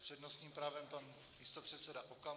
S přednostním právem pan místopředseda Okamura.